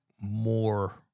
more